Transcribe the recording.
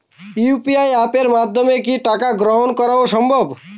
UPI অ্যাপের মাধ্যমে কি টাকা গ্রহণ করাও সম্ভব?